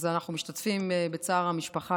אז אנחנו משתתפים בצער המשפחה,